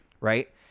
right